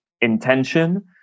intention